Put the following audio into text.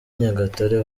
nyagatare